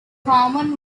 common